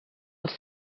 els